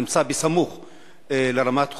הנמצא סמוך לרמת-חובב.